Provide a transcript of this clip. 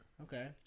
Okay